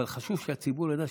אבל חשוב שהציבור ידע,